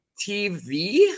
TV